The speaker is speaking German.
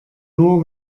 nur